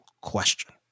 question